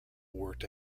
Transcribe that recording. worked